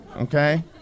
okay